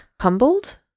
humbled